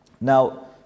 Now